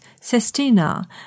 sestina